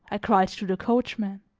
i cried to the coachman.